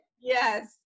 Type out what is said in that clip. Yes